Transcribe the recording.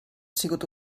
sigut